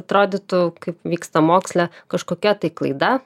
atrodytų kaip vyksta moksle kažkokia tai klaida